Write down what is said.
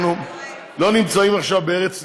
אנחנו לא נמצאים עכשיו ב"ארץ נהדרת".